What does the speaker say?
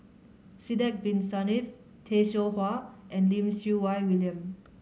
Sidek Bin Saniff Tay Seow Huah and Lim Siew Wai William